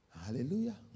Hallelujah